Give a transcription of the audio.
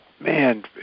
man